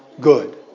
good